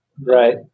Right